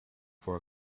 for